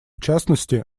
частности